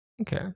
Okay